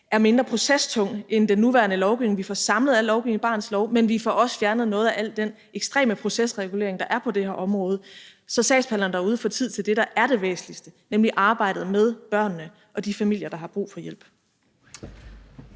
er mindre procestung end den nuværende lovgivning, og vi får samlet al lovgivning i Barnets Lov, men vi får også fjernet noget af al den ekstreme procesregulering, der er på det her område, så sagsbehandlerne derude får tid til det, der er det væsentligste, nemlig arbejdet med børnene og de familier, der har brug for hjælp.